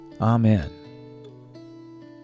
Amen